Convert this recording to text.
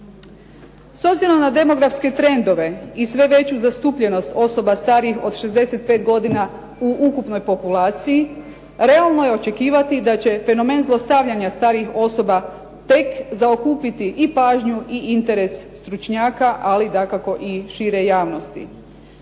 S obzirom na demografske trendove i sve veću zastupljenost osoba starijih od 65 godina u ukupnoj populaciji, realno je očekivati da će fenomen zlostavljanja starijih osoba tek zaokupiti i pažnju i interes stručnjaka, ali dakako i šire javnosti.